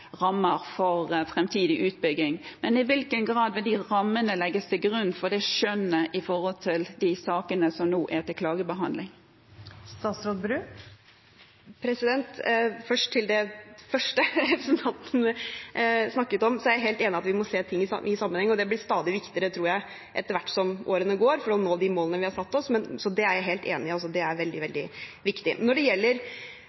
rammer for framtidig utbygging, men i hvilken grad vil de rammene legges til grunn for skjønnet i de sakene som nå er til klagebehandling? Til det første representanten snakket om, er jeg helt enig i at vi må se ting i sammenheng, og etter hvert som årene går, tror det blir stadig viktigere for å nå de målene vi har satt oss. Så det er jeg helt enig i er veldig,